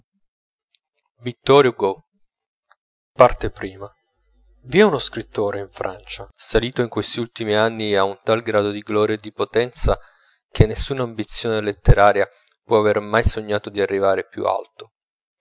consolatore vittor hugo i v'è uno scrittore in francia salito in questi ultimi anni a un tal grado di gloria e di potenza che nessun'ambizione letteraria può aver mai sognato d'arrivare più alto